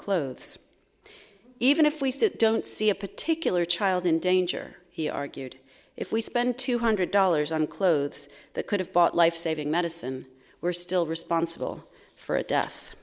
clothes even if we don't see a particular child in danger he argued if we spent two hundred dollars on clothes that could have bought life saving medicine we're still responsible for a death